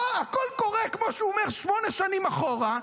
הכול קורה כמו שהוא אומר שמונה שנים אחורה.